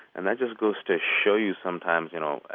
and that just goes to show you sometimes, you know,